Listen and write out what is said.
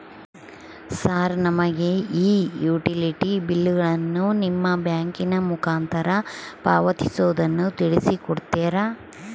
Sir ನಮಗೆ ಈ utility ಬಿಲ್ಲುಗಳನ್ನು ನಿಮ್ಮ ಬ್ಯಾಂಕಿನ ಮುಖಾಂತರ ಪಾವತಿಸುವುದನ್ನು ತಿಳಿಸಿ ಕೊಡ್ತೇರಾ?